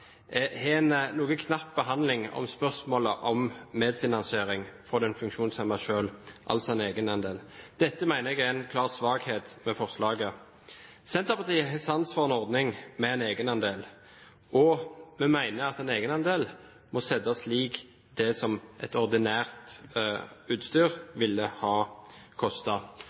har en noe knapp behandling av spørsmålet om medfinansiering for den funksjonshemmede selv, altså en egenandel. Dette mener jeg er en klar svakhet ved forslaget. Senterpartiet har sans for en ordning med en egenandel, og vi mener at en egenandel må settes lik det som et ordinært utstyr ville ha